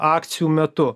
akcijų metu